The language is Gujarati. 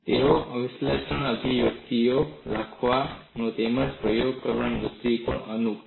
તેઓ તમારા વિશ્લેષણાત્મક અભિવ્યક્તિઓ લખવા તેમજ પ્રયોગો કરવાના દૃષ્ટિકોણથી અનુકૂળ છે